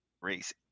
race